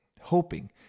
hoping